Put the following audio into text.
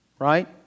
Right